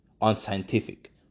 unscientific